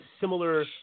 similar